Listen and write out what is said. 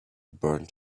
burned